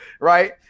right